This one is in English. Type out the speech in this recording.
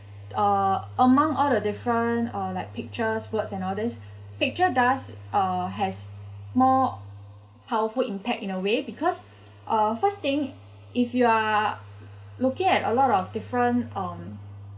uh among all the different uh like pictures words and all these picture does uh has more powerful impact in a way because uh first thing if you are looking at a lot of different um